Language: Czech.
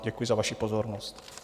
Děkuji za vaši pozornost.